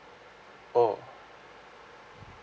oh